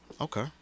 okay